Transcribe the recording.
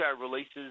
releases